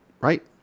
Right